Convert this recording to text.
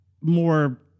more